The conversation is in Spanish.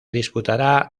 disputará